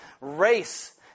race